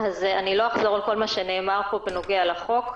לא אחזור על כל מה שנאמר פה בנוגע לחוק.